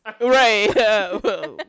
Right